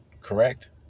correct